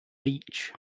beach